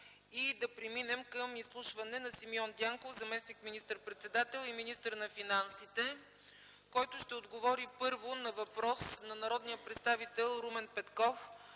и да преминем към изслушване на Симеон Дянков – заместник министър-председател и министър на финансите, който ще отговори първо на въпрос от народния представител Румен Петков